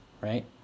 Right